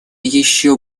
еще